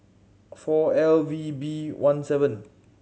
four L V B one seven